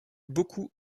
beaucoup